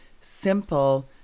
simple